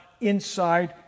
inside